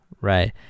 Right